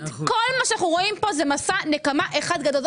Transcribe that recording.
כל מה שאנחנו רואים כאן זה מסע נקמה אחד גדול.